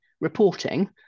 reporting